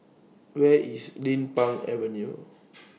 Where IS Din Pang Avenue